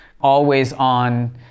always-on